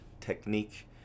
technique